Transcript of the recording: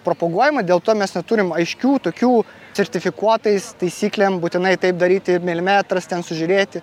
propaguojama dėl to mes neturim aiškių tokių sertifikuotais taisyklėm būtinai taip daryti milimetras ten sužiūrėti